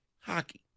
hockey